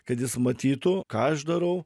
kad jis matytų ką aš darau